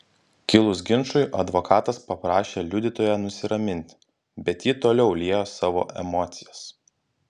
kilus ginčui advokatas paprašė liudytoją nusiraminti bet ji toliau liejo savo emocijas